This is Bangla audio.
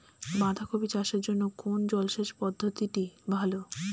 বাঁধাকপি চাষের জন্য কোন জলসেচ পদ্ধতিটি ভালো?